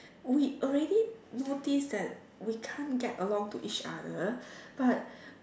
we already notice that we can't get along to each other but